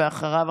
ואחריו,